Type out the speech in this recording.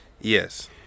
Yes